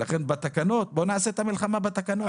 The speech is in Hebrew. ולכן בוא נעשה את המלחמה בתקנות.